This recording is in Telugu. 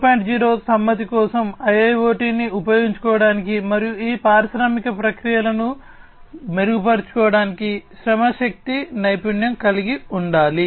0 సమ్మతి కోసం IIoT ని ఉపయోగించుకోవటానికి మరియు ఈ పారిశ్రామిక ప్రక్రియలను మెరుగుపరచడానికి శ్రమశక్తి నైపుణ్యం కలిగి ఉండాలి